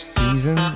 season